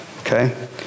Okay